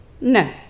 No